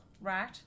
right